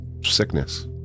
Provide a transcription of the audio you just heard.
sickness